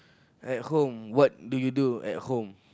at home what do you do at home